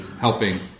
helping